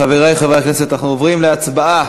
חברי חברי הכנסת, אנחנו עוברים להצבעה.